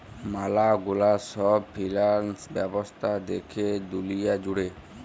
ম্যালা গুলা সব ফিন্যান্স ব্যবস্থা দ্যাখে দুলিয়া জুড়ে